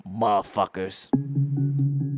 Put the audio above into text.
motherfuckers